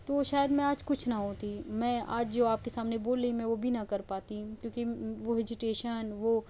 تو شاید میں آج کچھ نہ ہوتی میں آج جو آپ کے سامنے بول رہی ہوں میں وہ بھی نہ کر پاتی کیونکہ وہ ہیجییٹیشن وہ